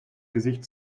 gesicht